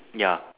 ya